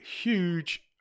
huge